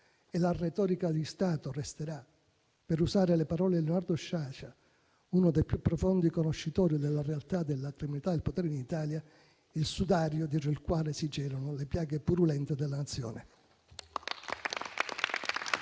E la retorica di Stato, per usare le parole di Leonardo Sciascia, uno dei più profondi conoscitori della realtà della criminalità al potere in Italia, resterà il sudario dentro il quale si celano le piaghe purulente della Nazione.